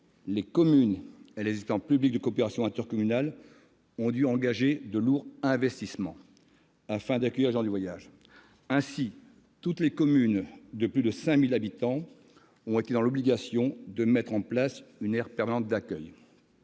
les communes et les établissements publics de coopération intercommunale ont dû engager de lourds investissements afin d'accueillir les gens du voyage. Ainsi, toutes les communes de plus de 5 000 habitants ont été placées dans l'obligation de mettre en place une aire permanente d'accueil.